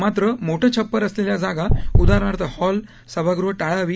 मात्र मोठं छप्पर असलेल्या जागा उदाहरणार्थ हॉल सभागृह टाळावी